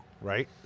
right